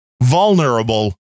Vulnerable